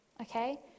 okay